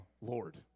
Lord